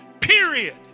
period